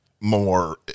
more